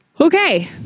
okay